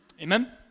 Amen